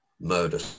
murder